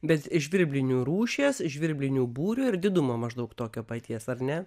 bet žvirblinių rūšies žvirblinių būrio ir didumo maždaug tokio paties ar ne